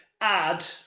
add